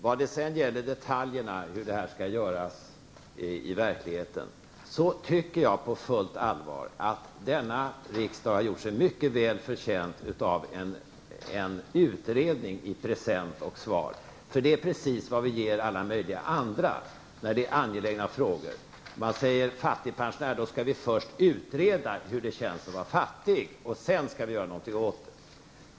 När det sedan gäller detaljerna, hur detta skall göras i praktiken, så tycker jag på fullt allvar att denna riksdag har gjort sig väl förtjänt av en utredning i present och svar. Det är precis vad vi ger alla möjliga andra när det gäller angelägna frågor. När det gäller fattigpensionärerna skall vi först utreda hur det känns att vara fattig, och sedan kanske vi skall göra något åt det.